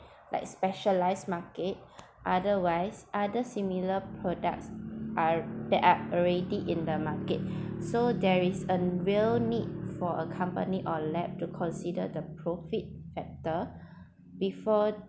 like specialised market otherwise other similar products ar~ that are already in the market so there is a real need for a company or lab to consider the profit factor before